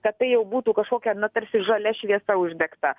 kad tai jau būtų kažkokia na tarsi žalia šviesa uždegta